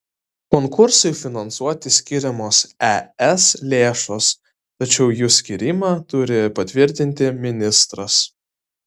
konkursui finansuoti skiriamos es lėšos tačiau jų skyrimą turi patvirtinti ministras